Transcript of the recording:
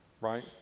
Right